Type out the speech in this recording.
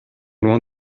loin